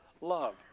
love